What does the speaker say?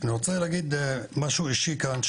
אני רוצה להגיד משהו אישי כאן,